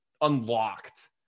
unlocked